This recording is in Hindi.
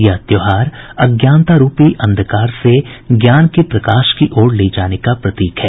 यह त्योहार अज्ञानता रूपी अंधकार से ज्ञान के प्रकाश की ओर ले जाने का प्रतीक है